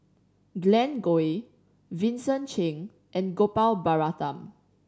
Glen Goei Vincent Cheng and Gopal Baratham